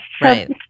Right